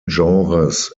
genres